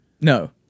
No